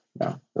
No